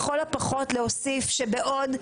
לכל הפחות להוסיף שבעוד,